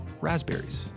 raspberries